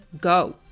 go